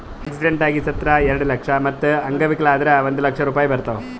accident ಆಗಿ ಸತ್ತುರ್ ಎರೆಡ ಲಕ್ಷ, ಮತ್ತ ಅಂಗವಿಕಲ ಆದುರ್ ಒಂದ್ ಲಕ್ಷ ರೂಪಾಯಿ ಬರ್ತಾವ್